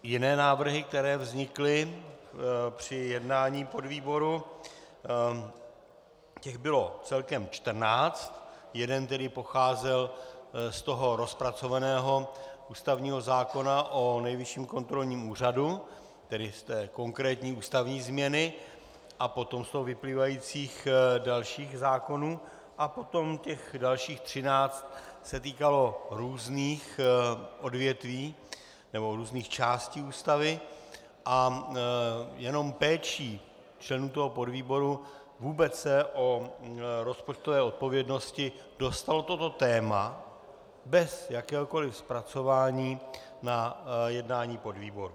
Jiné návrhy, které vznikly při jednání podvýboru, těch bylo celkem 14, jeden tedy pocházel z toho rozpracovaného ústavního zákona o Nejvyšším kontrolním úřadu, tedy z té konkrétní ústavní změny a potom z toho vyplývajících dalších zákonů, a potom těch dalších 13 se týkalo různých odvětví, nebo různých částí Ústavy, a jenom péčí členů podvýboru vůbec se téma rozpočtové odpovědnosti dostalo bez jakéhokoliv zpracování na jednání podvýboru.